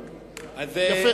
אבל יפה,